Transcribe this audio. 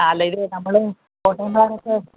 ആ അല്ലെങ്കിൽ നമ്മൾ